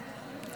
4 והוראת שעה,